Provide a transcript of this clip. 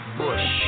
bush